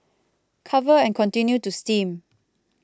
cover and continue to steam